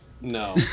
no